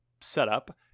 setup